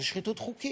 זו שחיתות חוקית,